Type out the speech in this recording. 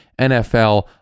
NFL